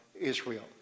Israel